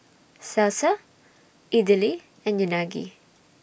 Salsa Idili and Unagi